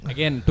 Again